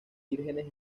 vírgenes